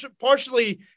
partially